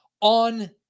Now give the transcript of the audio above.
on